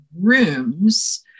rooms